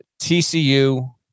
TCU